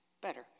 better